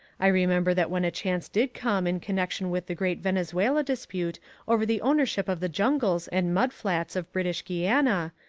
i remember that when a chance did come in connection with the great venezuela dispute over the ownership of the jungles and mud-flats of british guiana,